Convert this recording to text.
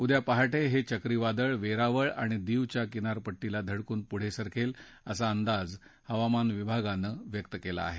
उद्या पहाटे हे चक्रीवादळ वेरावळ आणि दीवच्या किनारपट्टीला धडकून पुढे सरकेल असा अंदाज हवामान विभागानं व्यक्त केला आहे